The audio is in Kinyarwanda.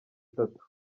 itatu